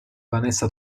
vanessa